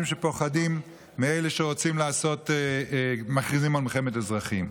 שפוחדים מאלה שמכריזים על מלחמת אזרחים.